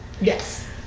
Yes